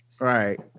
right